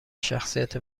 شخصیت